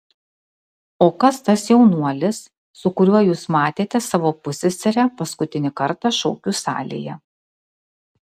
o kas tas jaunuolis su kuriuo jūs matėte savo pusseserę paskutinį kartą šokių salėje